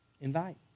Invite